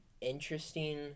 interesting